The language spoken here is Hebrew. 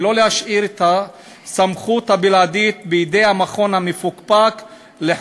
ולא להשאיר בידי המכון המפוקפק את הסמכות